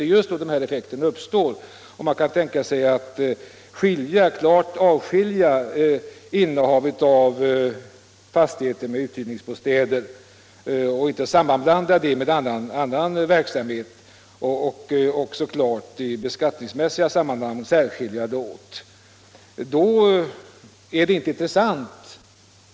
Om man i beskattningsmässiga sammanhang klart kan avskilja innehav av fastighet med uthyrningsbostäder från annan verksamhet går det inte att utnyttja avdragsmöjligheterna på detta sätt.